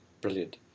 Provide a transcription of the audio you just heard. Brilliant